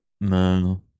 No